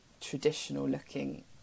traditional-looking